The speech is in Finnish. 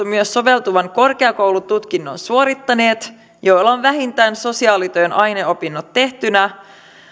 myös soveltuvan korkeakoulututkinnon suorittaneet joilla on vähintään sosiaalityön aineopinnot tehtynä